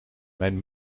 mijn